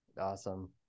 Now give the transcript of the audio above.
awesome